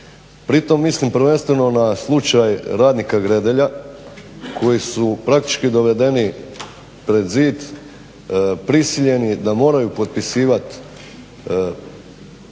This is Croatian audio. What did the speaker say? Pritom mislim prvenstveno na slučaj radnika Gredelja koji su praktički dovedeni pred zid, prisiljeni da moraju potpisivati